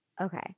Okay